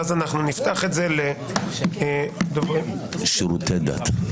ואז נפתח את זה --- שירותי דת.